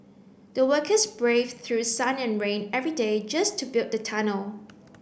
the workers braved through sun and rain every day just to build the tunnel